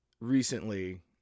recently